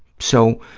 so,